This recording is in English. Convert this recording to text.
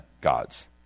God's